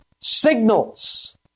signals